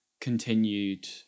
continued